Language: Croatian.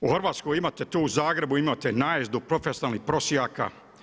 U Hrvatskoj imate tu u Zagrebu najezdu profesionalnih prosjaka.